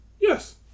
Yes